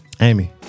Amy